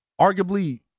arguably